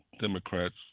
Democrats